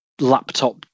laptop